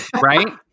right